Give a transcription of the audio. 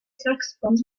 saxophones